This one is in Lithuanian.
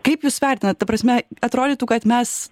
kaip jūs vertinat ta prasme atrodytų kad mes